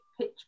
pitch